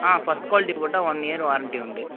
ஆ first quality போட்டால் one year warranty உண்டு